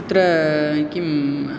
तत्र किम्